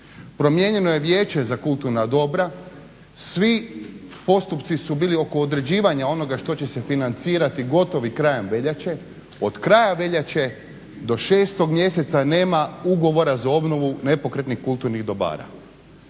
promijenio je Vijeće za kulturna dobra, svi postupci su bili oko određivanja onoga što će se financirati gotovi krajem veljače, od kraja veljače do 6.mjeseca nema ugovora za obnovu za nepokretnih kulturnih dobara.